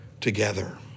together